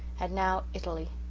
and now italy,